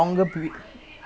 ethu:எது university ah